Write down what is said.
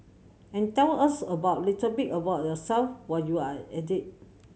and tell us about little bit about yourself while you're at it